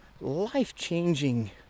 life-changing